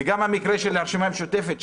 וגם המקרה של הרשימה המשותפת,